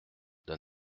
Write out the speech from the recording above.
d’un